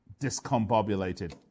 discombobulated